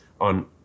on